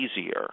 easier